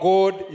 God